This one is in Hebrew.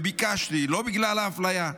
וביקשתי, לא בגלל האפליה,